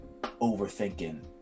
Overthinking